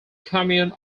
commune